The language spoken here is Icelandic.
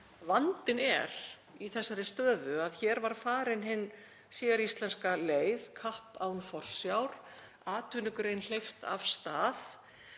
Vandinn er í þessari stöðu að hér var farin hin séríslenska leið, kapp án forsjár, atvinnugrein hleypt af stað